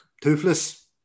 toothless